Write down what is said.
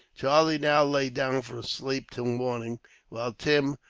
charlie now lay down for a sleep till morning while tim,